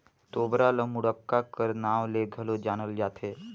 तोबरा ल मुड़क्का कर नाव ले घलो जानल जाथे